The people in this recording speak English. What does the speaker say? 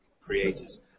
creators